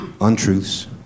untruths